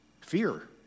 Fear